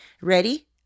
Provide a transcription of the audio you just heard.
Ready